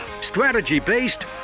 strategy-based